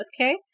okay